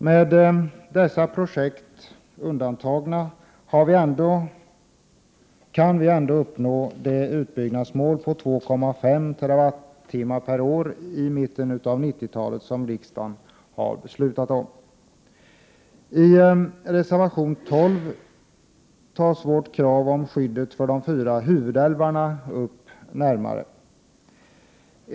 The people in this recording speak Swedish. Med dessa projekt undantagna kan vi ändå uppnå det utbyggnadsmål på 2,5 TWh per år i mitten av 1990-talet som riksdagen har beslutat om. I reservation 12 tas vårt krav på skydd för de fyra älvarna upp närmare.